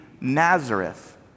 Nazareth